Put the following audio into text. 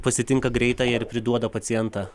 pasitinka greitąją ir priduoda pacientą